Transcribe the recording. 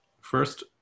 first